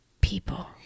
people